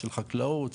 של חקלאות,